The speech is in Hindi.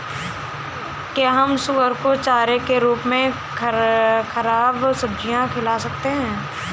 क्या हम सुअर को चारे के रूप में ख़राब सब्जियां खिला सकते हैं?